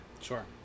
Sure